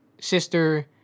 sister